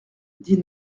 dit